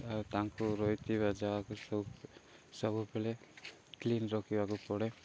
ଆଉ ତାଙ୍କୁ ରହିଥିବା ଜାଗାକୁ ସବୁ ସବୁବେଳେ କ୍ଲିନ୍ ରଖିବାକୁ ପଡ଼େ